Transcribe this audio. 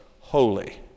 holy